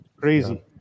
crazy